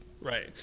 Right